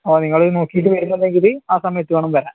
ഓ നിങ്ങൾ നോക്കിയിട്ട് വരുന്നുണ്ടെങ്കിൽ ആ സമയത്ത് വേണം വരാൻ